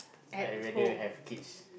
I rather have kids